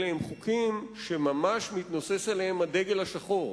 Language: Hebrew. אלה הם חוקים שממש מתנוסס עליהם הדגל השחור,